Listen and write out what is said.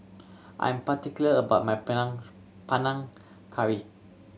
I'm particular about my Panang Curry